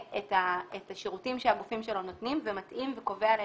את השירותים שהגופים שלו נותנים ומתאים וקובע להם,